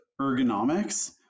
ergonomics